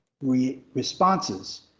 responses